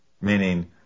meaning